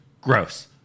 Gross